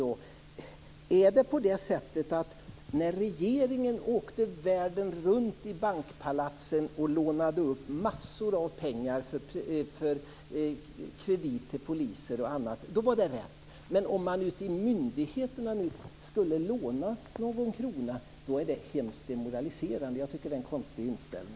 Var det rätt när regeringen åkte världen runt till bankpalatsen och lånade upp mängder av pengar för kredit till poliser och annat? Men om man nu skulle låna någon krona till myndigheterna är det hemskt demoraliserande. Jag tycker att det är en konstig inställning.